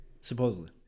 supposedly